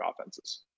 offenses